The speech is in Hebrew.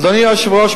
אדוני היושב-ראש,